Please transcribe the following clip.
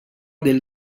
del